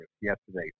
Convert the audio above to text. yesterday